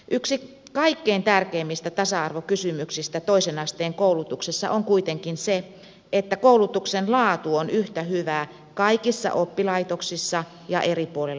yksi kaikkein tärkeimmistä tasa arvokysymyksistä toisen asteen koulutuksessa on kuitenkin se että koulutuksen laatu on yhtä hyvää kaikissa oppilaitoksissa ja eri puolilla suomea